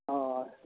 ᱦᱳᱭ